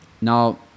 now